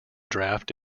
draft